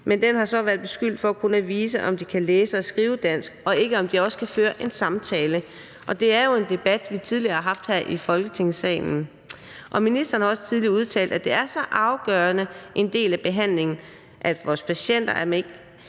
men den har så været beskyldt for kun at vise, om de kan læse og skrive dansk, og ikke, om de også kan føre en samtale. Det er jo en debat, vi tidligere har haft her i Folketingssalen, og ministeren har også tidligere udtalt, at det er så afgørende en del af behandlingen, at man kan kommunikere